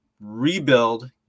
rebuild